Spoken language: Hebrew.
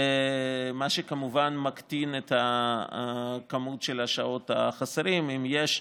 מה שכמובן מקטין את מספר השעות החסרות, אם יש.